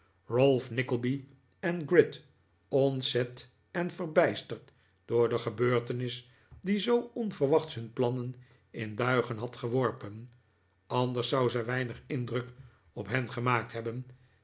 ralph nickleby en gride ontzet en verbijsterd door de gebeurtenis die zoo onverwachts hun plannen in duigen had geworpen anders zou zij weinig indruk op hen gemaakt hebben